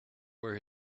where